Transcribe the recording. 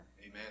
Amen